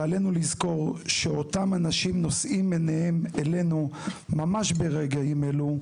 ועלינו לזכור שאותם אנשים נושאים עיניהם אלינו ממש ברגעים אלו,